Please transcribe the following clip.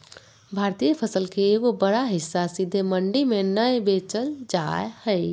भारतीय फसल के एगो बड़ा हिस्सा सीधे मंडी में नय बेचल जा हय